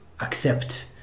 accept